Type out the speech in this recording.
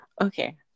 Okay